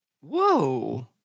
Whoa